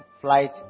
flight